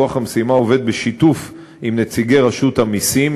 כוח המשימה עובד בשיתוף עם נציגי רשות המסים,